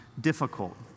difficult